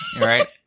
right